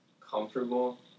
comfortable